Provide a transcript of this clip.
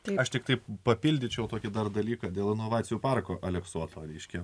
tai aš tiktai papildyčiau tokį dalyką dėl inovacijų parko aleksoto ryški